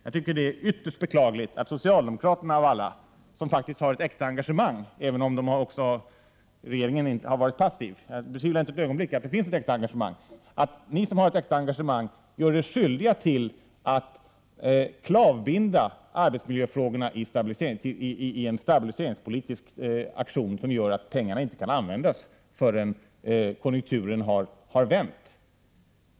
Jag tycker att det är ytterst beklagligt att socialdemokraterna av alla som faktiskt har ett äkta engagemang — även om regeringen inte har varit passiv — gör sig skyldiga till att klavbinda arbetsmiljöfrågorna i en stabiliseringspolitisk aktion som medför att pengarna inte kan användas förrän konjunkturen har vänt.